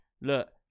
look